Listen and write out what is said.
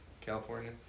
California